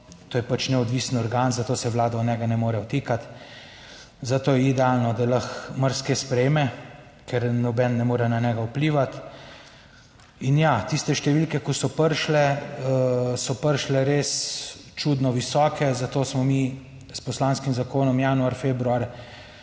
To je pač neodvisen organ, zato se Vlada vanj ne more vtikati, zato je idealno, da lahko marsikaj sprejme, ker noben ne more na njega vplivati. In ja, tiste številke, ki so prišle, so prišle res čudno visoke, zato smo mi s poslanskim zakonom januar, februar